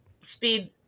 speed